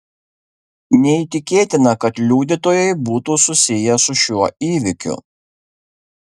neįtikėtina kad liudytojai būtų susiję su šiuo įvykiu